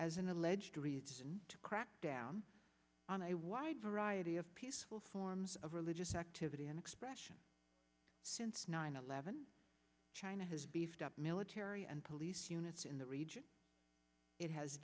as an alleged reason to crack down on a wide variety of peaceful forms of religious activity and expression since nine eleven china has beefed up military and police units in the region it has